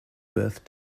birth